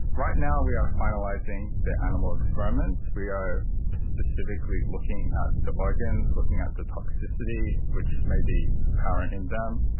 right now we are finalising the animal experiments. we are specifically looking at the organs, looking at the toxicity which may be apparent in them.